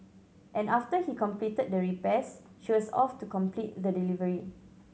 and after he completed the repairs she was off to complete the delivery